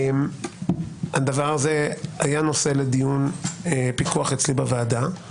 הדבר הזה היה נושא לדיון פיקוח אצלי בוועדה,